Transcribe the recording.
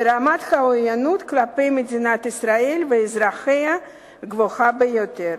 ורמת העוינות כלפי מדינת ישראל ואזרחיה גבוהה ביותר.